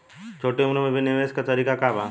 छोटी उम्र में भी निवेश के तरीका क बा?